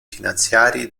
finanziari